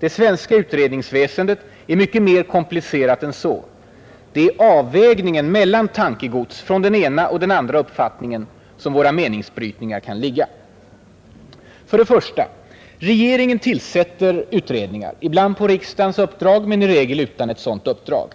Det svenska utredningsväsendet är mycket mer komplicerat än så. Det är i avvägningen mellan tankegods från den ena och den andra uppfattningen som våra meningsbrytningar kan ligga. För det första: Regeringen tillsätter utredningar — ibland på riksdagens uppdrag men i regel utan ett sådant uppdrag.